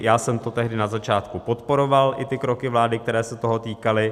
Já jsem to tehdy na začátku podporoval, i ty kroky vlády, které se toho týkaly.